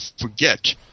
forget